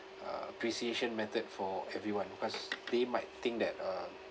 uh appreciation method for everyone because they might think that uh